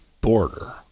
border